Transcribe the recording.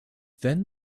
then